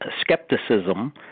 Skepticism